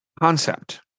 concept